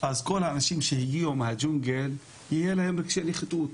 אז כל האנשים שהגיעו מהג'ונגל יהיו להם רגשי נחיתות.